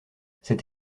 cette